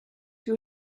who